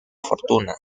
fortuna